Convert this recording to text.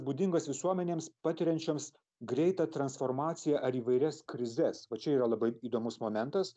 būdingas visuomenėms patiriančioms greitą transformaciją ar įvairias krizes va čia yra labai įdomus momentas